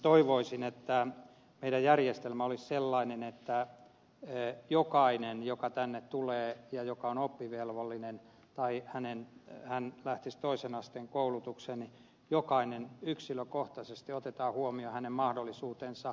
toivoisin että meidän järjestelmä olisi sellainen että jokainen joka tänne tulee ja joka on oppivelvollinen tai lähtisi toisen asteen koulutukseen yksilökohtaisesti otetaan huomioon hänen mahdollisuutensa